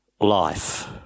life